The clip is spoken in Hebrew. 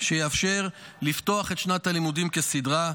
שיאפשר לפתוח את שנת הלימודים כסדרה,